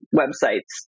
websites